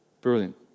Brilliant